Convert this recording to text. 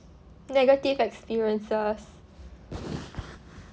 negative experiences